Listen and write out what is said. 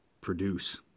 produce